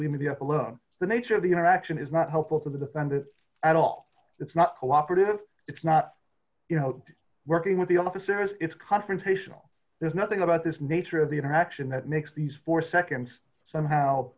the the nature of the interaction is not helpful to the defendant at all it's not cooperative it's not you know working with the officers it's confrontational there's nothing about this nature of the interaction that makes these four seconds somehow